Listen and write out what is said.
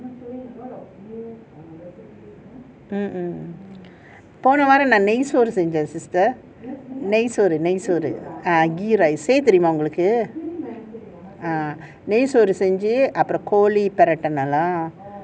mm mm நான் போன வாரம் நான் நெய்சோறு செஞ்சேன்:naan pona vaaram nei soaru senjen sister நெய்சோறு செய்யதேரியுமா ஒங்களுக்கு:nei soaru seyya theriyuma ongalukku ah நெய்சோறு செஞ்சு கோழி பெரட்டுனே:nei soaru senju koali perattune